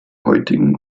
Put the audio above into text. heutigen